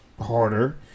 harder